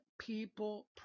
people